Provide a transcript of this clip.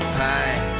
pie